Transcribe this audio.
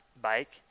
bike